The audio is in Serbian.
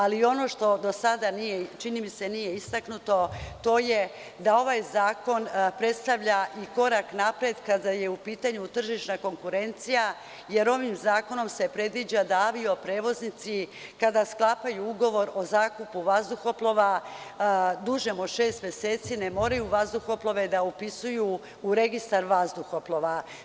Ali, i ono što do sada nije istaknuto, to je da ovaj zakon predstavlja i korak napred kada je u pitanju tržišna konkurencija, jer ovim zakonom se predviđa da avio-prevoznici kada sklapaju ugovor o zakupu vazduhoplova dužem od šest meseci, ne moraju vazduhoplove da upisuju u registar vazduhoplova.